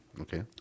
Okay